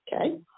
Okay